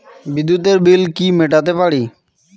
বিদ্যুতের বিল কি মেটাতে পারি?